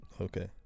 Okay